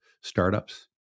startups